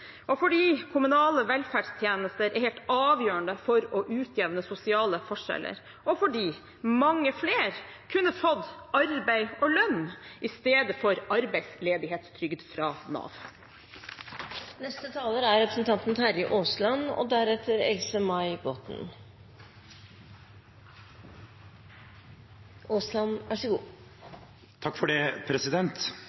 skole, fordi kommunale velferdstjenester er helt avgjørende for å utjevne sosiale forskjeller, og fordi mange flere kunne fått arbeid og lønn i stedet for arbeidsledighetstrygd fra Nav. Høstens budsjettforhandlinger har vist oss hvor sterke kontrastene er